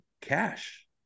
cash